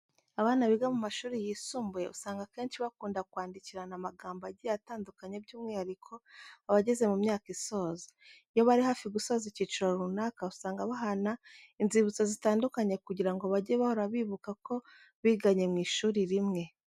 Abana biga mu mashuri yisumbuye usanga akenshi bakunda kwandikirana amagambo agiye atandukanye by'umwihariko abageze mu myaka isoza. Iyo bari hafi gusoza icyiciro runaka usanga bahana inzibutso zitandukanye kugira ngo bajye bahora bibuka ko biganye mu ishuri rimwe.